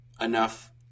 enough